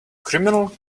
criminal